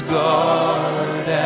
guard